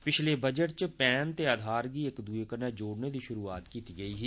पिछले बजट च पैन ते आधार गी इक दुए कन्नै जोड़ने दी शुरूआत कीती गेई ही